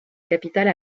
capitale